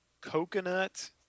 coconut